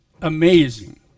amazing